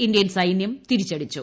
Indian സൈനൃം തിരിച്ചടിച്ചു